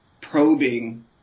probing